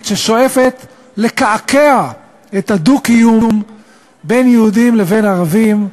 ששואפת לקעקע את הדו-קיום בין יהודים לבין ערבים,